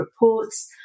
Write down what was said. reports